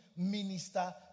minister